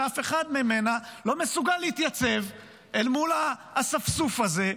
שאף אחד ממנה לא מסוגל להתייצב אל מול האספסוף הזה,